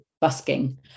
busking